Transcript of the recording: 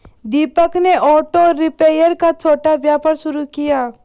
दीपक ने auto repair का छोटा व्यापार शुरू किया